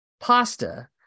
pasta